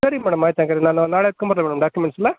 ಸರಿ ಮೇಡಮ್ ಆಯಿತು ಹಾಗಾದ್ರೆ ನಾನೂ ನಾಳೆ ಎತ್ಕೊಂಡು ಬರಲಾ ಮೇಡಮ್ ಡಾಕ್ಯುಮೆಂಟ್ಸನ್ನ